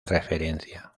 referencia